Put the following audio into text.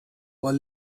but